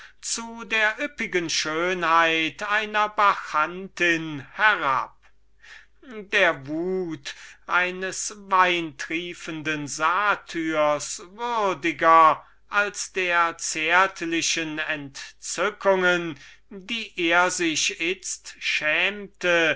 zu der üppigen schönheit einer bacchantin herab der wut eines weintriefenden satyrs würdiger als der zärtlichen entzückungen welche er sich itzt schämte